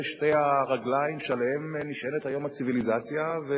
אלה שתי הרגליים שעליהן נשענת היום הציוויליזציה,